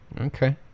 Okay